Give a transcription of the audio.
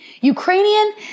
Ukrainian